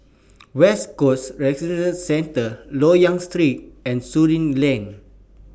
West Coast Recreation Centre Loyang Street and Surin Lane